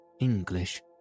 English